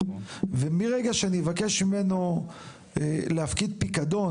ומרגע שנבקש ממנו להפקיד פיקדון,